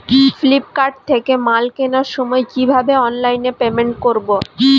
Flipkart থেকে মাল কেনার সময় কিভাবে অনলাইনে পেমেন্ট করব?